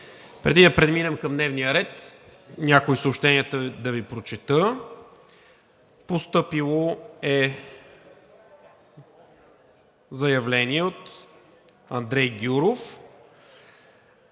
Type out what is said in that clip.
Преди да преминем към дневния ред, някои съобщения да Ви прочета. Постъпило е заявление от Андрей Гюров